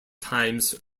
times